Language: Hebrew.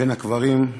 בין הקברים,